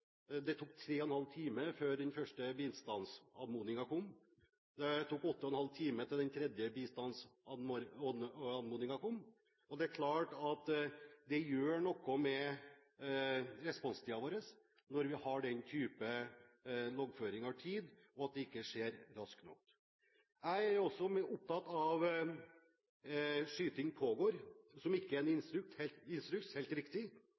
det tok tre og en halv time før den første bistandsanmodningen kom, og det tok åtte og en halv time før den tredje bistandsanmodningen kom. Det er klart at det gjør noe med responstiden vår når vi har den type loggføring av tid, og det ikke skjer raskt nok. Jeg er også opptatt av «skyting pågår» – som ikke er en instruks, det er helt riktig